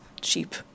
cheap